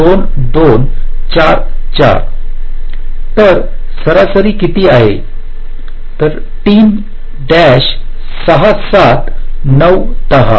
2 2 4 4 तर सरासरी किती आहे 3 6 7 9 10